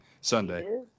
Sunday